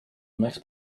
bmx